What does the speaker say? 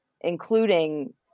including